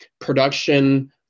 production